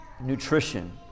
nutrition